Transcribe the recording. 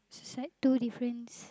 it's like two difference